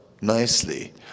nicely